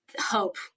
hope